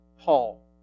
Paul